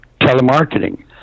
telemarketing